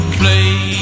play